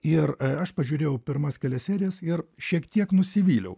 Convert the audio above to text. ir aš pažiūrėjau pirmas kelias serijas ir šiek tiek nusivyliau